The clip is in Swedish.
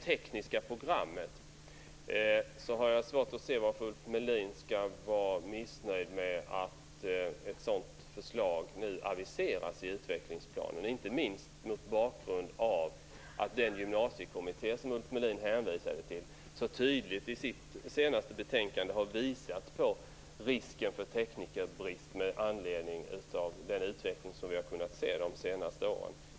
Jag har svårt att se varför Ulf Melin är missnöjd med att ett förslag som gäller det tekniska programmet nu aviseras i utvecklingsplanen, inte minst mot bakgrund av att den gymnasiekommitté som Ulf Melin hänvisade till så tydligt i sitt senaste betänkande har visat på risken för teknikerbrist med anledning av den utveckling som vi har kunnat se de senaste åren.